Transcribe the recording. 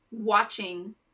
Watching